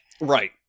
Right